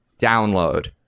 download